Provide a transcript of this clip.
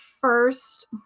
first